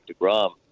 Degrom